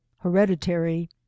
hereditary